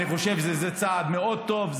אני חושב שזה צעד מאוד טוב,